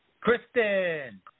Kristen